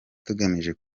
tugamije